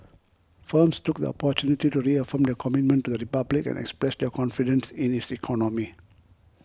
firms took the opportunity to reaffirm their commitment to the Republic and express their confidence in its economy